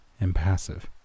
impassive